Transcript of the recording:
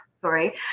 sorry